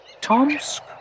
Tomsk